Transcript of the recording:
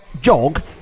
jog